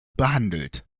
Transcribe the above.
behandelt